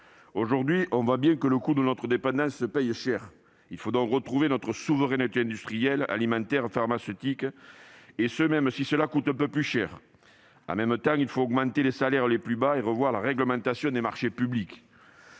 aujourd'hui combien notre dépendance se paye cher. Il nous faut retrouver notre souveraineté industrielle, alimentaire, pharmaceutique, même si cela doit coûter un peu plus cher. Dans le même temps, il faut augmenter les salaires les plus bas et revoir la réglementation des marchés publics.